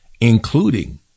including